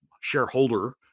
shareholder